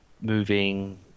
moving